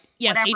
Yes